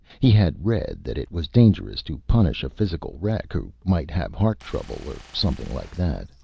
he had read that it was dangerous to punish a physical wreck, who might have heart trouble or something like that.